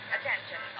Attention